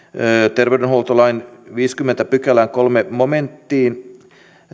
terveydenhuoltolain viidennenkymmenennen pykälän kolmanteen momenttiin